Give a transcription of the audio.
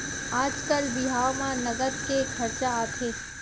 आजकाल बिहाव म नँगत के खरचा आथे